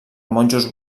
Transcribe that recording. monjos